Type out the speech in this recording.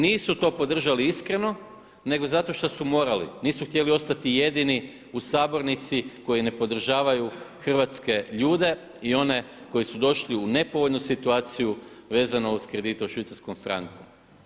Nisu to podržali iskreno nego zato što su morali, nisu htjeli ostati jedini u sabornici koji ne podržavaju hrvatske ljude i one koji su došli u nepovoljnu situaciju vezano uz kredite u švicarskom franku.